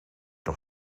nog